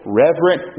reverent